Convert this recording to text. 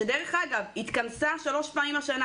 שדרך אגב התכנסה רק שלוש פעמים השנה.